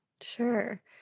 Sure